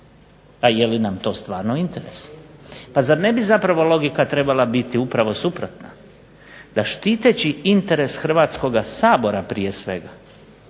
A je li to nam to stvarno interes? Pa zar ne bi zapravo logika trebala biti upravo suprotna? Da štiteći interes Hrvatskoga sabora prije svega,